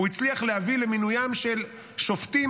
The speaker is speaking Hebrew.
הוא הצליח להביא למינוים של שופטים